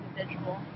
individual